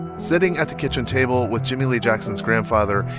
sitting at the kitchen table with jimmie lee jackson's grandfather,